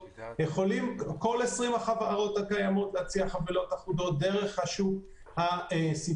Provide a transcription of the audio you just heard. יכולות כל 20 החברות הקיימות להציע חבילות אחודות דרך השוק הסיטונאי.